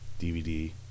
DVD